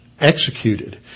executed